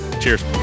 cheers